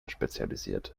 spezialisiert